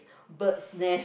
bird nest